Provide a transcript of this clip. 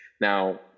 Now